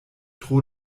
tro